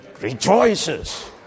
rejoices